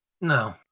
No